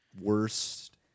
Worst